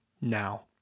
now